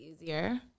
easier